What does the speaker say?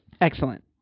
Excellent